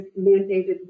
mandated